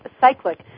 cyclic